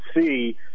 see –